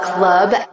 Club